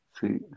See